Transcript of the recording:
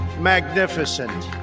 magnificent